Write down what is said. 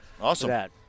Awesome